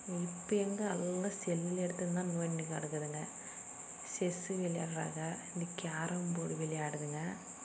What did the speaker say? இப்போ எங்கே எல்லா செல் எடுத்துன்னு தான் நோண்டி கிடக்குதுங்க செஸ் விளையாட்றாங்க இந்த கேரம்போர்டு விளையாடுதுங்க